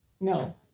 no